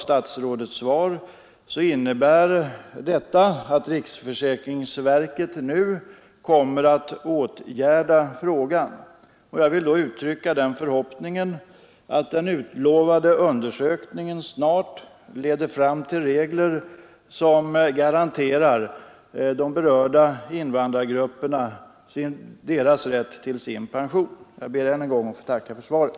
Statsrådets svar innebär enligt vad jag förstår att riksförsäkringsverket nu kommer att åtgärda frågan. Jag vill då uttrycka förhoppningen att den utlovade undersökningen snart leder fram till regler som garanterar de berörda invandrargrupperna deras rätt till pension. Jag ber än en gång att få tacka för svaret.